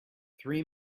three